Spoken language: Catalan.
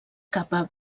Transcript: capa